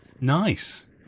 Nice